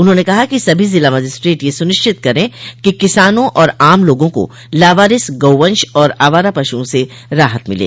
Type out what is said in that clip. उन्होंने कहा कि सभी जिला मजिस्ट्रेट यह सुनिश्चित करेंगे कि किसानों और आम लोगों को लावारिस गौवंश और आवारा पशुओं से राहत मिले